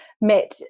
met